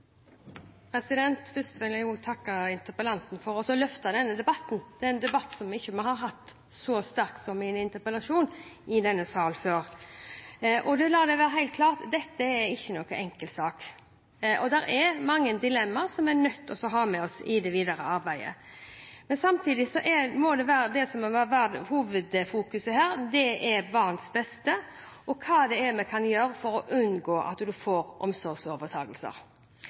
Først vil jeg takke interpellanten for å løfte denne debatten. Det er en debatt som vi i denne sal ikke har hatt så sterk før som i en interpellasjon. La det være helt klart: Dette er ikke noen enkel sak. Det er mange dilemmaer som vi er nødt til å ha med oss i det videre arbeidet. Samtidig må hovedfokuset her være barns beste og hva vi kan gjøre for å unngå at man får